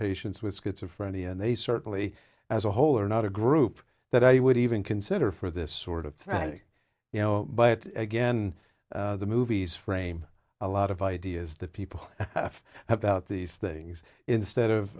patients with schizophrenia and they certainly as a whole are not a group that i would even consider for this sort of thank you know but again the movies frame a lot of ideas that people have about these things instead